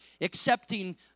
accepting